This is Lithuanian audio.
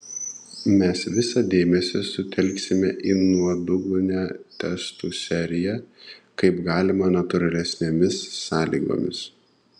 mes visą dėmesį sutelksime į nuodugnią testų seriją kaip galima natūralesnėmis sąlygomis